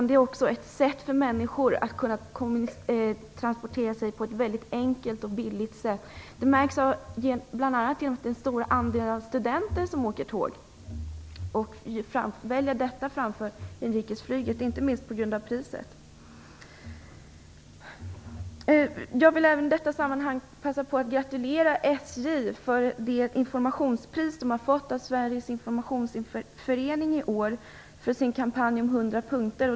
Det är också ett sätt för människor att kunna transportera sig på mycket enkelt och billigt sätt. Det märks bl.a. genom den stora andelen studenter som åker tåg. De väljer detta framför inrikesflyget, inte minst på grund av priset. Jag vill även i detta sammanhang passa på att gratulera SJ för det informationspris man har fått av 100 punkter.